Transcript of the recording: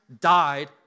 died